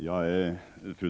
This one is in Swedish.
Fru talman!